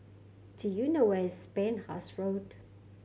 do you know where is Penhas Road